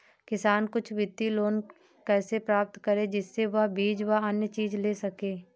किसान कुछ वित्तीय लोन कैसे प्राप्त करें जिससे वह बीज व अन्य चीज ले सके?